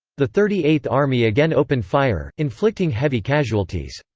the thirty eighth army again opened fire, inflicting heavy casualties.